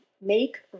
make